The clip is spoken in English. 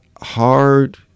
hard